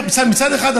מצד אחד,